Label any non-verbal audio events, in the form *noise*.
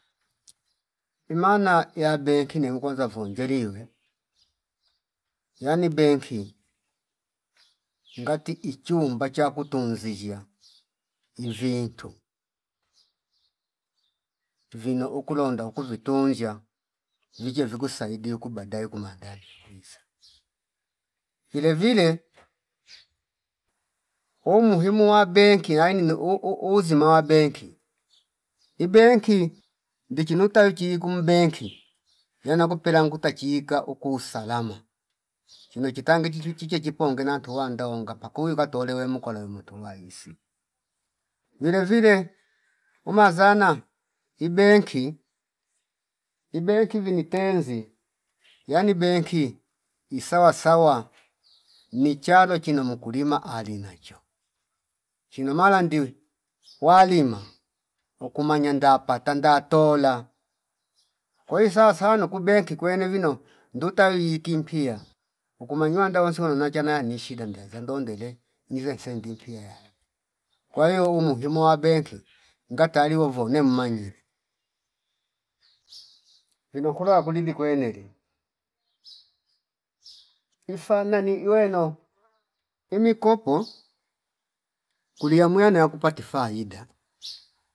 *noise* Imana yade kii niukwaza vuni neliwe yani benki ngati ichumba chakutunziya *noise* ivintu vino ukulonda uku vituna vije vikusaidie uku badae kumandali kwenza *noise* vilevile umuhimu wa benki yainile uu- uu- uuzima wa benki ibenki ndichi nutar chi kumbenki *noise* yana kupela nguta chika uku salama chino chitange chichu chiche chipongena tuwa ndonga pakuyu katolowe mukole mutulahisi vile vile umazana ibenki, ibenki vini tenzi ytani benki isawa sawqa nichalo chino mukilima ali nacho chino malandiwi *noise* walima uku manyanda patanda tola kwa hio sawa nuku benki kwene vino nduta wiiki mpiya uku manyuwanda wonsi nona chanayo nishida nduzaya ndondele ngize sendi mpiya yane kwa hio umuhimu wa benki ngataliwa uvo ne manyile. *noise* Vino kulo wakulili kweneli *noise* ifanani iweno imi kopo *noise* kuli yamuya noya kupati faida *noise*